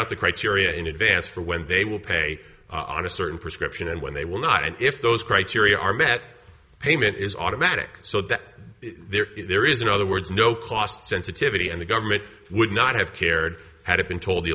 out the criteria in advance for when they will pay on a certain prescription and when they will not and if those criteria are met payment is automatic so that there is no other words no cost sensitivity and the government would not have cared had it been told the